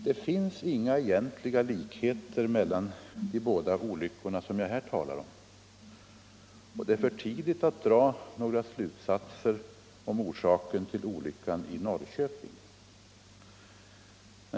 Det finns inga egentliga likheter mellan de båda olyckor som jag nu talar om, och det är ännu för tidigt att dra några slutsatser om orsaken till olyckan i Norrköping.